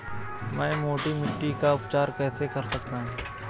मैं मोटी मिट्टी का उपचार कैसे कर सकता हूँ?